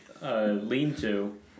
lean-to